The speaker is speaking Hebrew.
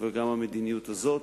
וגם את המדיניות הזאת